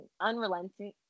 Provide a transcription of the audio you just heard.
unrelenting